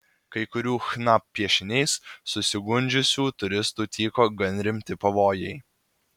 kai kurių chna piešiniais susigundžiusių turistų tyko gan rimti pavojai